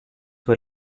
was